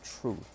truth